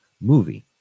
movie